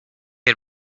had